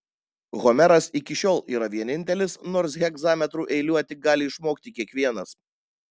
homeras iki šiol yra vienintelis nors hegzametru eiliuoti gali išmokti kiekvienas